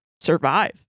survive